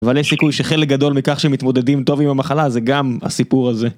אבל יש סיכוי שחלק גדול מכך שמתמודדים טוב עם המחלה זה גם הסיפור הזה.